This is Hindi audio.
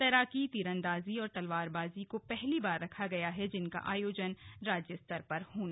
तैराकी तीरंदाजी और तलवारबाजी को पहली बार रखा गया है जिनका आयोजन राज्यस्तर पर होगा